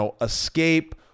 escape